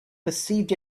perceived